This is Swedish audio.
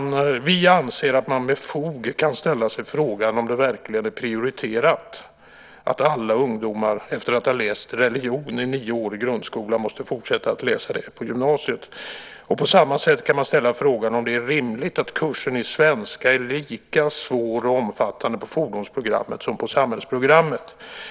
- Vi anser att man med fog kan ställa sig frågan om det verkligen är prioriterat att alla ungdomarna, efter att ha läst religion i nio år i grundskolan, måste fortsätta att läsa det på gymnasiet. På samma sätt kan man ställa sig frågan om det är rimligt att kursen i svenska är lika svår och omfattande på fordonsprogrammet som på samhällsprogrammet."